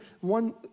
one